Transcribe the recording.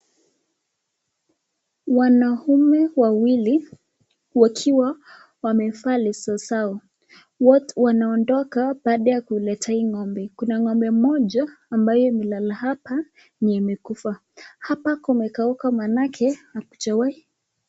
Wanaume wawili wakiwa wamevaa leso zao wanaondoka baada ya kuleta hii ng'ombe. Kuna ng'ombe mmoja ambaye amelala hapa yenye imekufa. Hapa kumekauka maanake hakujawahi...